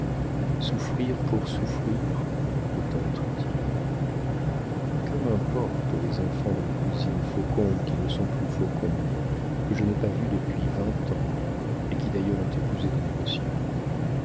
souffrir pour souffrir autant être utile que m'importent les enfants de mes cousines faucombe qui ne sont plus faucombe que je n'ai pas vues depuis vingt ans et qui d'ailleurs ont épousé des négociants